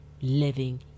living